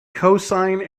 cosine